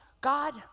God